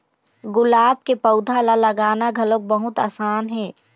गुलाब के पउधा ल लगाना घलोक बहुत असान हे